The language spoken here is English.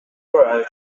arrived